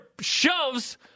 shoves